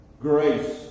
Grace